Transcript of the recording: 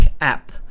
app